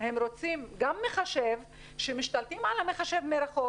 הם רוצים גם מחשב שמשתלטים עליו מרחוק